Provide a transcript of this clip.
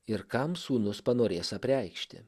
ir kam sūnus panorės apreikšti